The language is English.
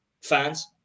fans